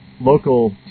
local